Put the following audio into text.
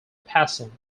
passing